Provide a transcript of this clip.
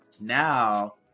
now